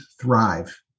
thrive